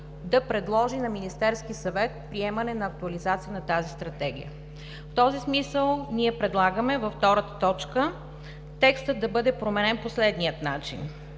да предложи на Министерския съвет приемане на актуализация на тази стратегия. В този смисъл ние предлагаме във втора точка текстът да бъде променен по следния начин: